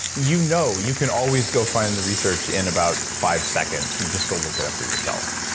you know you can always go find the research in about five seconds. you just go look it up for yourself.